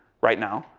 right now,